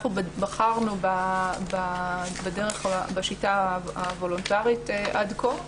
אנחנו בחרנו בשיטה הוולונטרית עד כה,